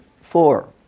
Four